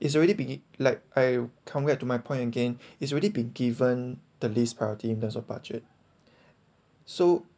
it's already been like I come get to my point again it's really been given the list priority in terms of budget so